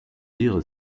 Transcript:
dire